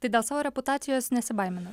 tai dėl savo reputacijos nesibaimina